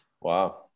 wow